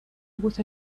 with